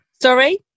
sorry